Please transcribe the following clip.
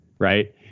right